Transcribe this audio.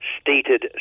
stated